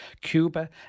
Cuba